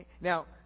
Now